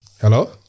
Hello